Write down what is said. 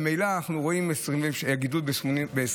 ממילא אנחנו רואים גידול ב-28%.